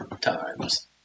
times